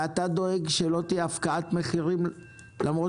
אתה דואג שלא תהיה הפקעת מחירים למרות